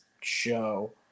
show